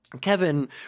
kevin